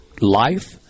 life